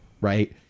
right